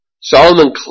Solomon